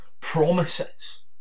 promises